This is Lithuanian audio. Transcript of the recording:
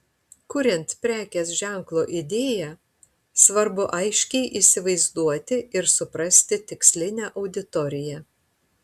kuriant prekės ženklo idėją svarbu aiškiai įsivaizduoti ir suprasti tikslinę auditoriją